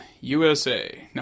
USA